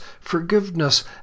forgiveness